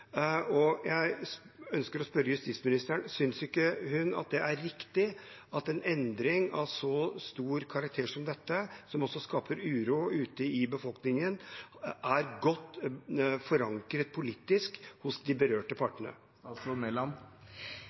Jeg ønsker å spørre justisministeren: Synes hun ikke at det er riktig at en endring av så stor karakter som dette, som også skaper uro ute i befolkningen, skal være godt politisk forankret hos de berørte partene?